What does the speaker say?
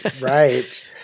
Right